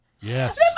Yes